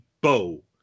bow